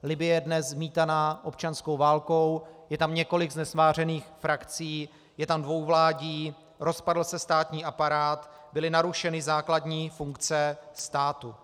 Libye je dnes zmítaná občanskou válkou, je tam několik znesvářených frakcí, je tam dvojvládí, rozpadl se státní aparát, byly narušeny základní funkce státu.